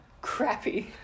Crappy